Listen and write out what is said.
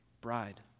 bride